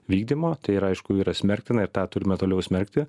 vykdymo yra aišku yra smerktina ir tą turime toliau smerkti